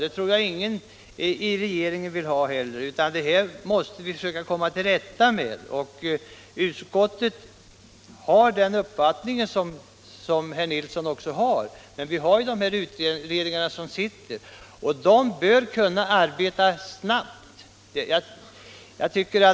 Det tror jag att ingen i regeringen vill ha heller, utan vi måste försöka komma till rätta med de här problemen. Utskottet har samma uppfattning som herr Nilsson har, men vi har sittande utredningar och de bör kunna arbeta snabbt.